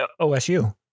OSU